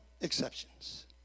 exceptions